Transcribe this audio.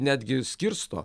netgi skirsto